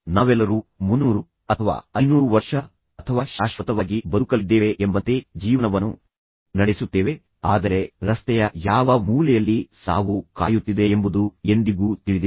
ನಾವೆಲ್ಲರೂ 300 ವರ್ಷ 500 ವರ್ಷ ಅಥವಾ ಶಾಶ್ವತವಾಗಿ ಬದುಕಲಿದ್ದೇವೆ ಎಂಬಂತೆ ಜೀವನವನ್ನು ನಡೆಸುತ್ತೇವೆ ಆದರೆ ನಮಗೆ ರಸ್ತೆಯ ಯಾವ ಮೂಲೆಯಲ್ಲಿ ಸಾವು ಕಾಯುತ್ತಿದೆ ಎಂಬುದು ಎಂದಿಗೂ ತಿಳಿದಿಲ್ಲ